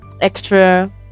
extra